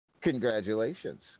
Congratulations